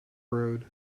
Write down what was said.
road